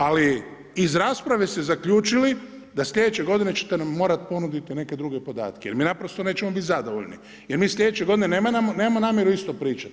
Ali iz rasprave ste zaključili da slijedeće godine ćete nam morati ponuditi neke druge podatke jer mi naprosto nećemo biti zadovoljni jer mi slijedeće godine nemamo namjeru isto pričati.